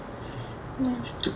ya